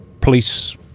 Police